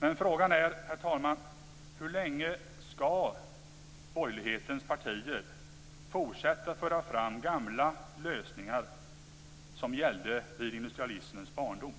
Men frågan är, herr talman: Hur länge skall borgerlighetens partier fortsätta föra fram gamla lösningar som gällde vid industrialismens barndom?